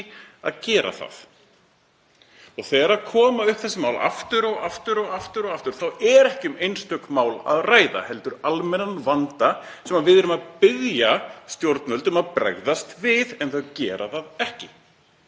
að gera það. Og þegar þessi mál koma upp aftur og aftur og aftur þá er ekki um einstök mál að ræða heldur almennan vanda sem við erum að biðja stjórnvöld um að bregðast við. En þau gera það ekki.